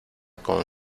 con